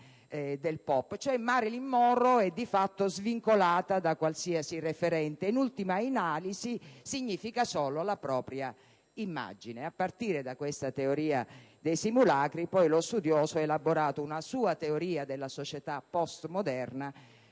*pop*. Cioè, Marilyn Monroe è di fatto svincolata da qualsiasi referente; in ultima analisi, significa solo la propria immagine. A partire da questa teoria dei simulacri, lo studioso ha poi elaborato una sua teoria della società postmoderna,